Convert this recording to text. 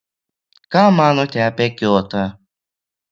ką manote apie kiotą